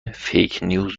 فیکنیوز